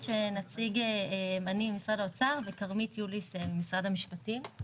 שנציג משרד האוצר יחד עם כרמית יוליס ממשרד המשפטים.